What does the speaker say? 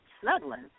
snuggling